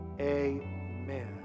Amen